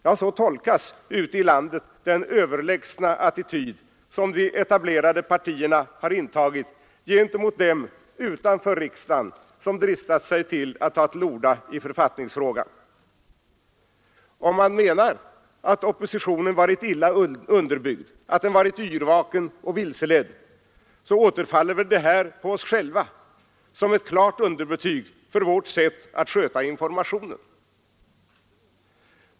Ja, så tolkas ute i landet den överlägsna attityd som de etablerade partierna har intagit gentemot dem utanför riksdagen som dristat sig till att ta till orda i författningsfrågan. Om man menar att opinionen varit illa underbyggd, att den är något yrvaken och vilseledd, så återfaller det väl på oss själva som ett klart underbetyg för vårt sätt att sköta informationen.